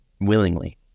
willingly